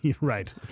Right